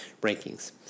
rankings